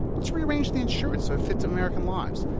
let's rearrange the insurance so it fits american lives.